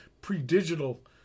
pre-digital